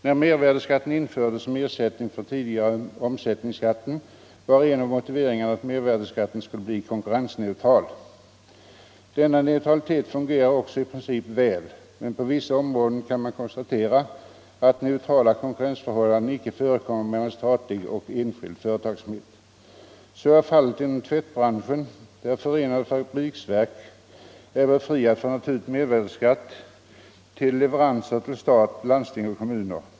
När mervärdeskatten infördes som ersättning för den tidigare omsättningsskatten var en av motiveringarna att mervärdeskatten skulle bli konkurrensneutral. Denna neutralitet fungerar också i princip väl, men på vissa områden kan man konstatera att neutrala konkurrensförhållanden icke förekommer mellan statlig och enskild företagsamhet. Så är fallet inom tvättbranschen, där förenade fabriksverken är befriade från att ta ut mervärdeskatt vid leveranser till stat, landsting och kommuner.